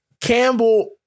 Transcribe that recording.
Campbell